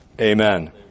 Amen